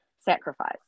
sacrifice